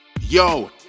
Yo